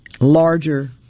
larger